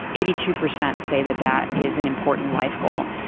eighty two percent say that that is an important life goal.